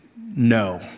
No